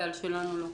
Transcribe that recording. ועל שלנו לא.